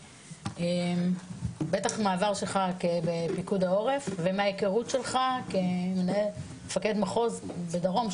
ובטח מהעבר שלך בפיקוד העורף ומההיכרות שלך כמפקד מחוז בדרום,